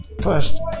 First